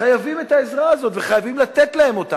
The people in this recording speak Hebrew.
חייבים את העזרה הזאת, וחייבים לתת להם אותה.